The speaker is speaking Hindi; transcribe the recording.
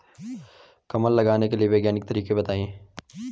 कमल लगाने के वैज्ञानिक तरीके बताएं?